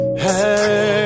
Hey